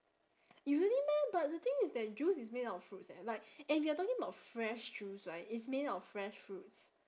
you really meh but the thing is that juice is made out of fruits eh like and you're talking about fresh juice right it's made out of fresh fruits